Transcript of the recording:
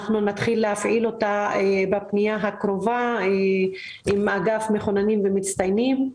אנחנו נתחיל להפעיל אותה בפנייה הקרובה עם אגף מחוננים ומצטיינים.